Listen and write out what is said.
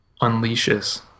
unleashes